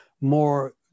more